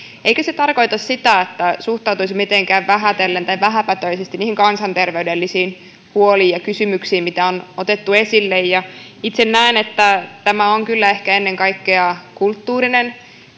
eikä se tarkoita sitä että suhtautuisi mitenkään vähätellen tai vähäpätöisesti niihin kansanterveydellisiin huoliin ja kysymyksiin joita on otettu esille itse näen että tämä on kyllä ehkä ennen kaikkea kulttuurinen